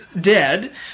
dead